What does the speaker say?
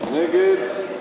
של קבוצת סיעת